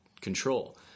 control